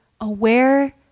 aware